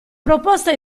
proposta